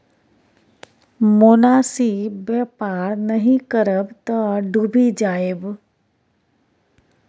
मोनासिब बेपार नहि करब तँ डुबि जाएब